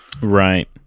Right